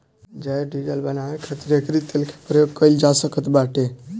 जैव डीजल बानवे खातिर एकरी तेल के प्रयोग कइल जा सकत बाटे